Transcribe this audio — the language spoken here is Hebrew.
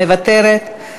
מוותרת,